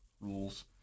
rules